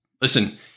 listen